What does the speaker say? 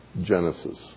Genesis